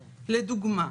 לדוגמה,